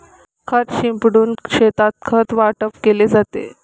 खत शिंपडून शेतात खत वाटप केले जाते